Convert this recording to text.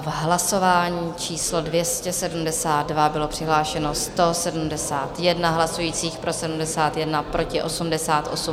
Hlasování číslo 272, bylo přihlášeno 171 hlasujících, pro 71, proti 88.